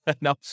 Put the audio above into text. No